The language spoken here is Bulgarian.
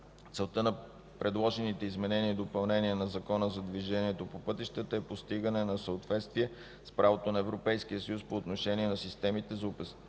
Целта на предложените изменения и допълнения на Закона за движението по пътищата е постигане на съответствие с правото на Европейския съюз по отношение на системите за обезопасяване